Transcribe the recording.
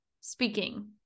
speaking